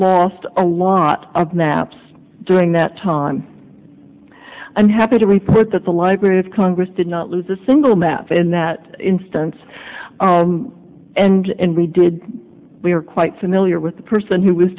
lost a lot of naps during that time i'm happy to report that the library of congress did not lose a single map in that instance and we did we were quite familiar with the person who was